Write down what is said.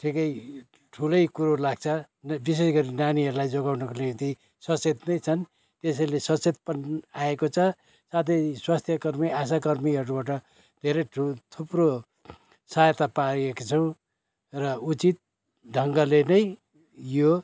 ठिकै ठुलै कुरो लाग्छ विशेष गरी नानीहरूलाई जोगाउनको निम्ति सचेत नै छन् त्यसैले सचेतपन आएको छ साथै स्वास्थ्यकर्मी आशाकर्मीहरूबाट धेरै ठुलो थुप्रो सहायता पाएको छु र उचित ढङ्गले नै यो